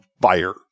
fire